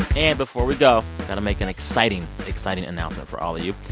and before we go, got to make an exciting, exciting announcement for all of you.